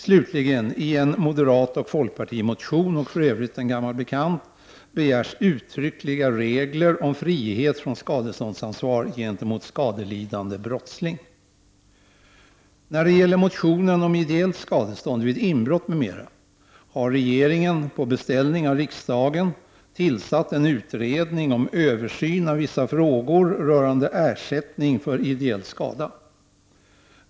Slutligen begärs det i en moderatoch folkpartimotion, vilken för övrigt är en gammal bekant, uttryckliga regler om frihet från skadeståndsansvar gentemot skadelidande brottsling. När det gäller motionen om ideellt skadestånd vid inbrott m.m. har regeringen på beställning av riksdagen tillsatt en utredning om översyn av vissa frågor rörande ersättning för ideell skada.